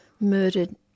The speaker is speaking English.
murdered